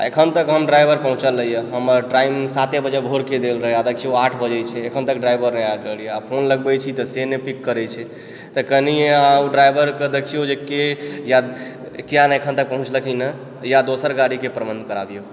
अखन तक हमर ड्राइवर पहुँचल नहि यऽ हमर टाइमिंग साते बजे भोरके देल रहय आ देखिऔ आठ बजय छै अखन तक ड्राइवर नहि आयल हँ आ फोन लगबै छी तऽ से नहि पिक करय छै तऽ कनि ओ ड्राइवरके देखिऔ जे के या किया नहि अखन तक पहुँचलखिन हँ या दोसर गाड़ीके प्रबन्ध करा दिऔ